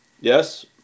yes